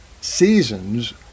seasons